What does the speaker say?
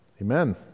Amen